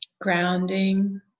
Grounding